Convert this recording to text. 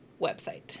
website